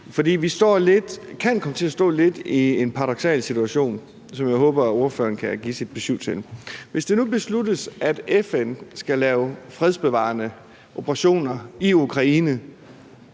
for vi kan komme til at stå i en lidt paradoksal situation, som jeg håber ordføreren kan give sit besyv med til. Hvis det nu besluttes, at FN skal lave fredsbevarende operationer i Ukraine